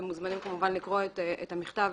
אתם מוזמנים כמובן לקרוא את המכתב